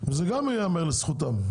וזה גם יאמר לזכותם.